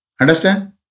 Understand